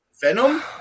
Venom